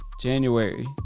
January